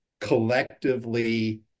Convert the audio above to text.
collectively